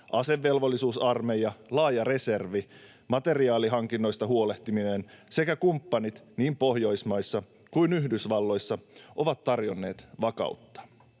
Asevelvollisuusarmeija, laaja reservi, materiaalihankinnoista huolehtiminen sekä kumppanit niin Pohjoismaissa kuin Yhdysvalloissa ovat tarjonneet vakautta.